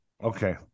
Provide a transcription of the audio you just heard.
Okay